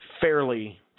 fairly